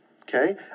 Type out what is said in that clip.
Okay